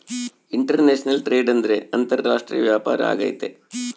international trade ಅಂದ್ರೆ ಅಂತಾರಾಷ್ಟ್ರೀಯ ವ್ಯಾಪಾರ ಆಗೈತೆ